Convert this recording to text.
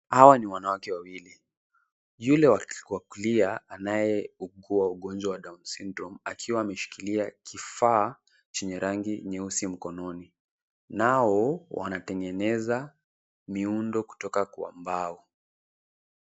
Hawa ni wanawake wawili, yule wa kulia anaye ugua ugonjwa wa down syndrome akiwa ameshikilia kifaa chenye rangi nyeusi mkononi. Nao wanatengeneza miundo kutoka kwa mbao.